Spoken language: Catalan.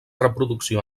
reproducció